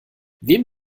wem